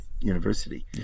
University